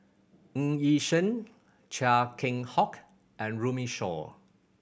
Ng Yi Sheng Chia Keng Hock and Runme Shaw